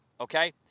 Okay